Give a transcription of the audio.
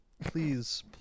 Please